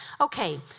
Okay